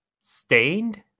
stained